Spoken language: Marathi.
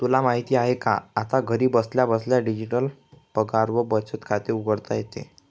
तुला माहित आहे का? आता घरी बसल्या बसल्या डिजिटल पगार व बचत खाते उघडता येते